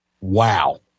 Wow